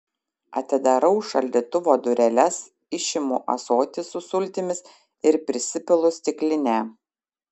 atidarau šaldytuvo dureles išimu ąsotį su sultimis ir prisipilu stiklinę